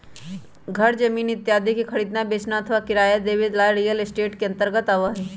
घर जमीन इत्यादि के खरीदना, बेचना अथवा किराया से देवे ला रियल एस्टेट के अंतर्गत आवा हई